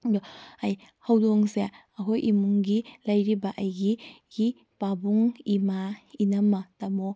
ꯑꯗꯨ ꯍꯥꯏꯗꯤ ꯍꯧꯗꯣꯡꯁꯦ ꯑꯩꯈꯣꯏ ꯏꯃꯨꯡꯒꯤ ꯂꯩꯔꯤꯕ ꯑꯩꯒꯤ ꯒꯤ ꯄꯕꯨꯡ ꯏꯃꯥ ꯏꯅꯝꯃ ꯇꯥꯃꯣ